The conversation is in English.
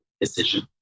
decision